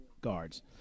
guards